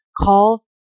call